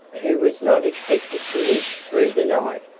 who was not expected to live through the night,